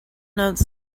notes